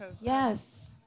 Yes